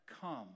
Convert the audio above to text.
come